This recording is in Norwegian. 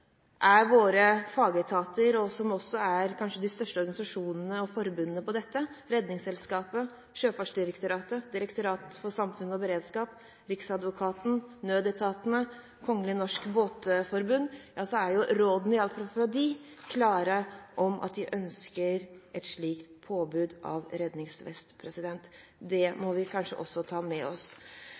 største organisasjonene og forbundene innen dette: Redningsselskapet, Sjøfartsdirektoratet, Direktoratet for samfunnssikkerhet og beredskap, Riksadvokaten, nødetatene, Kongelig Norsk Båtforbund. De klare rådene fra disse er at de ønsker et slikt påbud om redningsvest. Det må vi kanskje også ta med oss.